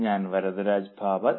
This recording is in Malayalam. ഞാൻ വരദരാജ് ഭപാത്